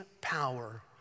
power